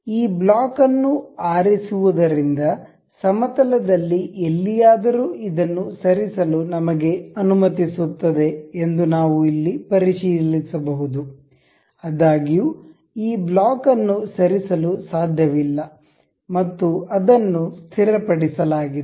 ಈ ಬ್ಲಾಕ್ ಅನ್ನು ಆರಿಸುವುದರಿಂದ ಸಮತಲ ದಲ್ಲಿ ಎಲ್ಲಿಯಾದರೂ ಇದನ್ನು ಸರಿಸಲು ನಮಗೆ ಅನುಮತಿಸುತ್ತದೆ ಎಂದು ನಾವು ಇಲ್ಲಿ ಪರಿಶೀಲಿಸಬಹುದು ಆದಾಗ್ಯೂ ಈ ಬ್ಲಾಕ್ ಅನ್ನು ಸರಿಸಲು ಸಾಧ್ಯವಿಲ್ಲ ಮತ್ತು ಅದನ್ನು ಸ್ಥಿರಪಡಿಸಲಾಗಿದೆ